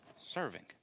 Serving